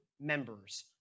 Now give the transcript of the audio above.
members